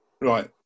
right